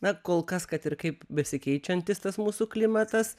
na kol kas kad ir kaip besikeičiantis tas mūsų klimatas